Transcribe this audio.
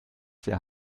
sehr